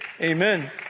Amen